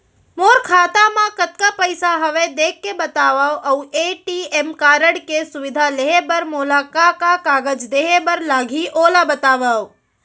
मोर खाता मा कतका पइसा हवये देख के बतावव अऊ ए.टी.एम कारड के सुविधा लेहे बर मोला का का कागज देहे बर लागही ओला बतावव?